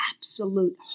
absolute